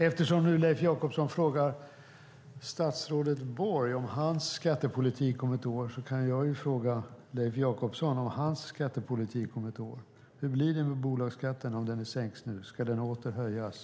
Eftersom Leif Jakobsson nu frågar statsrådet Borg om hans skattepolitik om ett år kan jag fråga Leif Jakobsson om hans skattepolitik om ett år. Hur blir det med bolagsskatten om den sänks nu? Ska den åter höjas?